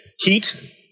Heat